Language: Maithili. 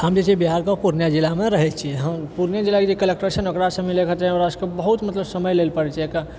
हम जे छियै बिहारके पूर्णियाँ जिलामे रहै छियै हम पूर्णियाँ जिलाके जे कलैक्टर छै ने ओकरा से मिलैके खातिर हमरा सबके बहुत मतलब समय लै ले पाड़ै छै एकटा